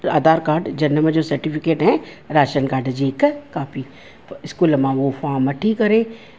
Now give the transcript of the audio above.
Aadhaar card जनम जो certificate ऐं राशन काड जी हिकु कापी पोइ स्कूल मां उहो फॉम वठी करे